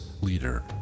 Leader